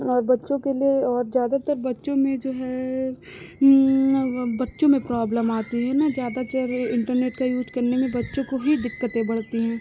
और बच्चों के लिए और ज़्यादातर बच्चों में जो है अब अब बच्चों में प्रॉब्लम आती है ना ज़्यादा क्या है इन्टरनेट का यूज़ करने में बच्चों की ही दिक्कतें बढ़ती हैं